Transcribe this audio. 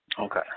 Okay